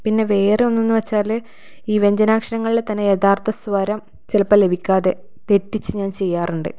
പിന്നെ വേറെ ഒന്ന് എന്ന് വെച്ചാല് ഈ വ്യഞ്ജനാക്ഷരങ്ങളിൽ തന്നെ യഥാർത്ഥ സ്വരം ചിലപ്പോൾ ലഭിക്കാതെ തെറ്റിച്ച് ഞാൻ ചെയ്യാറുണ്ട്